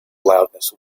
loudness